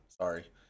sorry